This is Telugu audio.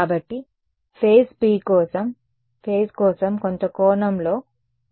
కాబట్టి ఫేజ్ స్పీడ్ కోసం ఫేజ్ కోసం కొంత కోణంలో